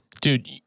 Dude